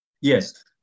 Yes